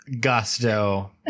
gusto